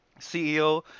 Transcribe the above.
CEO